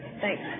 Thanks